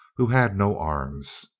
who had no arms.